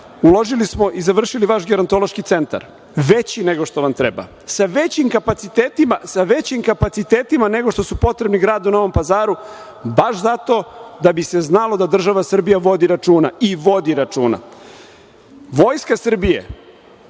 uložili smo i završili vaš gerontološki centar, veći nego što vam treba, sa većim kapacitetima nego što su potrebni gradu Novom Pazaru, baš zato da bi se znalo da država Srbija vodi računa i vodi računa. Vojska Srbije,